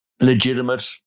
legitimate